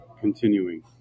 Continuing